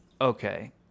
Okay